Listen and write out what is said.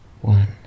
one